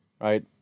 right